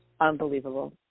Unbelievable